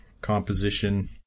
composition